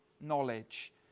knowledge